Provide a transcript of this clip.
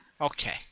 Okay